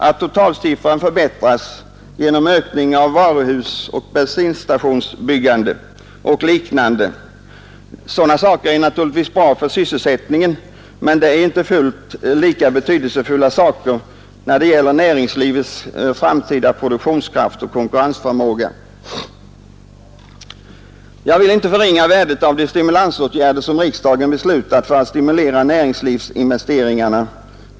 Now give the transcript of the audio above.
Att totalsiffran förbättras genom ökat byggande av varuhus, bensinstationer och liknande objekt är naturligtvis bra för sysselsättningen, men det är inte riktigt lika betydelsefullt för näringslivets framtida produktionskraft och konkurrensförmåga. Jag vill inte förringa värdet av de åtgärder som riksdagen beslutat för att stimulera näringslivsinvesteringarna.